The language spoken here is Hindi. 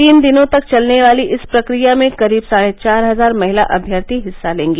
तीन दिनों तक चलने वाली इस प्रक्रिया में करीब साढ़े चार हजार महिला अम्यर्थी हिस्सा लेंगी